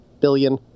billion